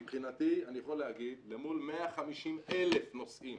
מבחינתי אני יכול להגיד למול 150,000 נוסעים